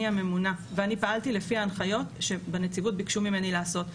אני הממונה ואני פעלתי לפי ההנחיות שבנציבות ביקשו ממני לעשות.